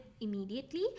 immediately